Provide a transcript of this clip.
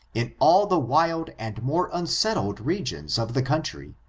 in all the wild and more unsettled regions of the country,